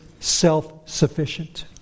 self-sufficient